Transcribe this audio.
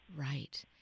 Right